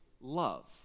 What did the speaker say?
love